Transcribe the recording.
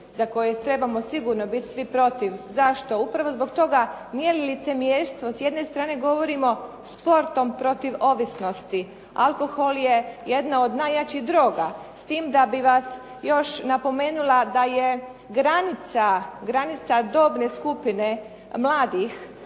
za koje trebamo sigurno biti svi protiv. Zašto? Upravo zbog toga nije li licemjerstvo, s jedne strane govorimo sportom protiv ovisnosti, alkohol je jedna od najjačih droga, s tim da bih vas još napomenula da je granica dobne skupine mladih